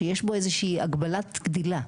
שיש בו איזה שהיא הגבלת גדילה.